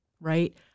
Right